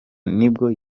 nibwo